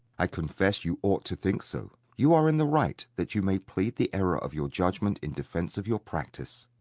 i confess you ought to think so. you are in the right, that you may plead the error of your judgment in defence of your practice.